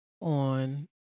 on